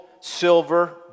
silver